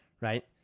right